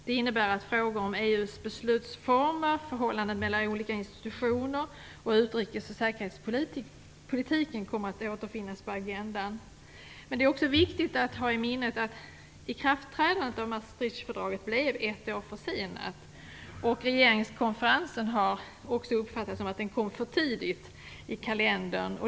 Det innebär att frågor om EU:s beslutsformer, förhållandet mellan olika institutioner och utrikes och säkerhetspolitiken kommer att återfinnas på agendan. Det är också viktigt att ha i minnet att ikraftträdandet av Maastrichtfördraget blev ett år försenat, och det har ansetts att regeringskonferensen kom för tidigt.